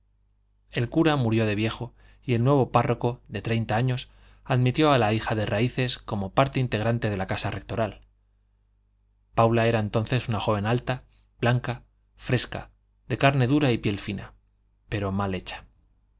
el cura murió de viejo y el nuevo párroco de treinta años admitió a la hija de raíces como parte integrante de la casa rectoral paula era entonces una joven alta blanca fresca de carne dura y piel fina pero mal hecha